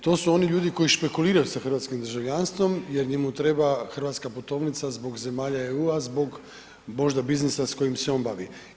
To su oni ljudi koji špekuliraju sa hrvatskim državljanstvom jer njemu treba hrvatska putovnica zbog zemalja EU-a, zbog možda biznisa s kojim se on bavi.